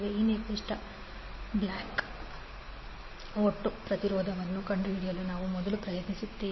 ಈ ನಿರ್ದಿಷ್ಟ ಬ್ಲಾಕ್ನ ಒಟ್ಟು ಪ್ರತಿರೋಧವನ್ನು ಕಂಡುಹಿಡಿಯಲು ನಾವು ಮೊದಲು ಪ್ರಯತ್ನಿಸುತ್ತೇವೆ